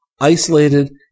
isolated